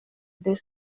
deux